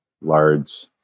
large